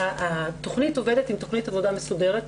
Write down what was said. התכנית עובדת עם תכנית עבודה מסודרת,